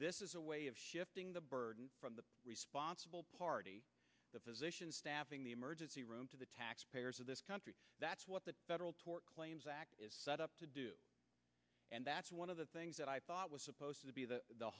this is a way of shifting the burden from the responsible party the physician staffing the emergency room to the taxpayers of this country that's what the federal tort claims act is set up to do and that's one of the things that i thought was supposed to be the